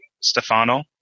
stefano